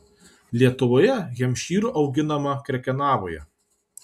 lietuvoje hempšyrų auginama krekenavoje